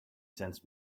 sensed